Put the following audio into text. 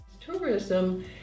Tourism